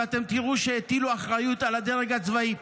ואתם תראו שהטילו אחריות על הדרג הצבאי.